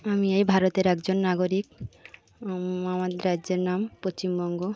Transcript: আমি এই ভারতের একজন নাগরিক আমাদের রাজ্যের নাম পশ্চিমবঙ্গ